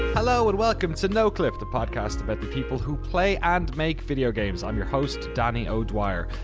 hello and welcome to noclip, the podcast about the people who play and make video games. i'm your host danny o'dwyer.